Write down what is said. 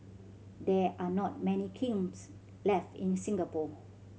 there are not many kilns left in Singapore